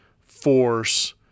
force